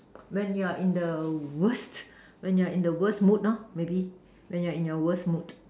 when you are in the worst when you are in the worst mood maybe when you are in your worst mood